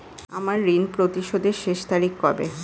আমার ঋণ পরিশোধের শেষ তারিখ কবে?